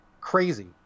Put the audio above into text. crazy